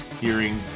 hearing